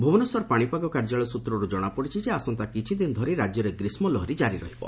ଭୁବନେଶ୍ୱର ପାଣିପାଗ କାର୍ଯ୍ୟାଳୟ ସ୍ତ୍ରରୁ ଜଣାପଡ଼ିଛି ଯେ ଆସନ୍ତା କିଛି ଦିନ ଧରି ରାଜ୍ୟରେ ଗ୍ରୀଷ୍ମ ଲହରି ଜାରି ରହିବ